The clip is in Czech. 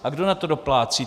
A kdo na to doplácí?